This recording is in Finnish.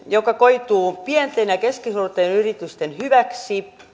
joka koituu pienten ja keskisuurten yritysten hyväksi